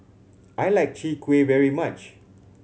I like Chwee Kueh very much